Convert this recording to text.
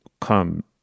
come